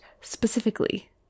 specifically